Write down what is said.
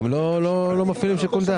הם לא מפעילים שיקול דעת.